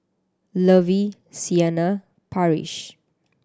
Lovey Siena Parrish